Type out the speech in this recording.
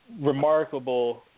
remarkable